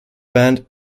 band